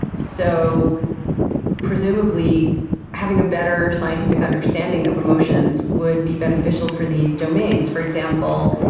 so presumably having a better scientific understanding of emotions would be beneficial for these domains. for example,